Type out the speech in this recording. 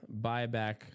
buyback